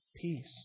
peace